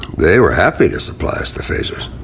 they were happy to supply us the phasers.